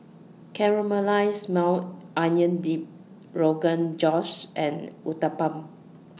Caramelized Maui Onion Dip Rogan Josh and Uthapam